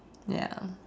ya